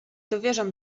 dowierzam